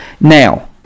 Now